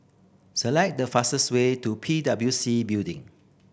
select the fastest way to P W C Building